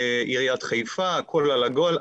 עיריית חיפה, הכול על הגל,